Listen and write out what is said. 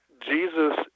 Jesus